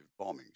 bombings